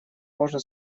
можно